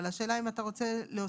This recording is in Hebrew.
השאלה אם אתה רוצה להוסיף?